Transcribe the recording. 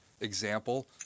Example